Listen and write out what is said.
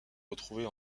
retrouver